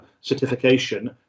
certification